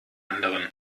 anderen